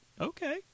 Okay